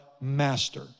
master